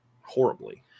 horribly